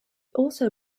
also